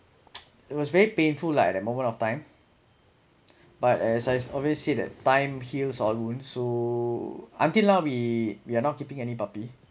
it was very painful lah at that moment of time but as I always say time heals all wounds so until now we we're not keeping any puppy